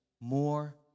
more